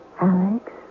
Alex